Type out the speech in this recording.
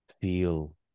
feel